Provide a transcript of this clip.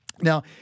Now